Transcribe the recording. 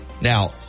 Now